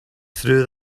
threw